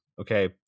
Okay